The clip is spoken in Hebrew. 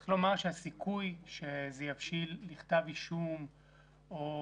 צריך לומר שהסיכוי שזה יבשיל לכתב אישום או